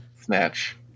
Snatch